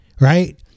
right